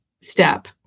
step